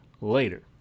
later